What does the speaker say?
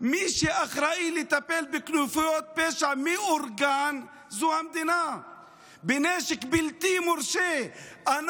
מי שאחראי לטפל בכנופיות פשע מאורגן ובנשק בלתי מורשה זה המדינה.